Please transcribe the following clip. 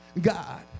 God